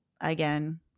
again